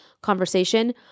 conversation